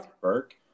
Burke